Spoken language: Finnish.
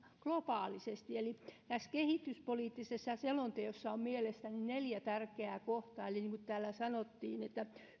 globaalisti eli tässä kehityspoliittisessa selonteossa on mielestäni neljä tärkeää kohtaa niin kuin täällä sanottiin